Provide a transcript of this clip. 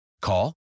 Call